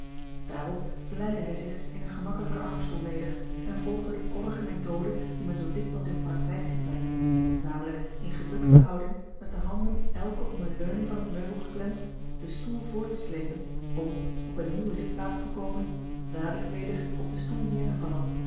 daarop vlijde hij zich in een gemakkelijken armstoel neder en volgde de koddige methode die men zoo dikwijls in praktijk ziet brengen namelijk in gebukte houding met de handen elke om eene leuning van het meubel geklemd den stoel voort te slepen om op eene nieuwe zitplaats gekomen dadelijk weder op den stoel neêr te vallen